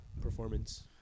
performance